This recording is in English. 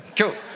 Cool